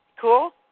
cool